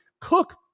cook